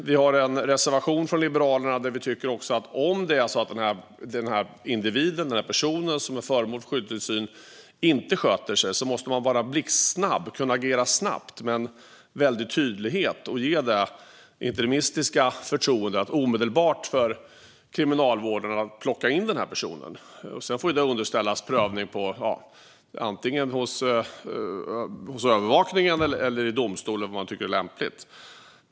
Vi har en reservation från Liberalernas sida, där vi tycker att om det är så att individen som är föremål för skyddstillsyn inte sköter sig måste man kunna agera blixtsnabbt med en väldig tydlighet och ge Kriminalvården det interimistiska förtroendet att omedelbart plocka in den här personen. Sedan får det underställas prövning, antingen hos övervakningen eller i domstol beroende på vad man tycker är lämpligt.